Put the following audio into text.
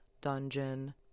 dungeon